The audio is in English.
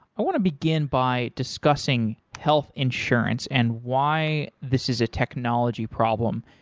i want to begin by discussing health insurance and why this is a technology problem,